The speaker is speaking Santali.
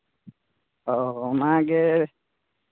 ᱦᱳᱭ ᱚᱱᱟᱜᱮ